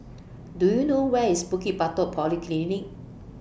Do YOU know Where IS Bukit Batok Polyclinic